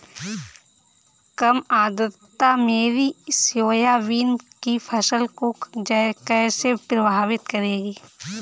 कम आर्द्रता मेरी सोयाबीन की फसल को कैसे प्रभावित करेगी?